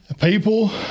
People